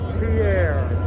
pierre